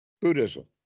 Buddhism